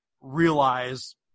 realize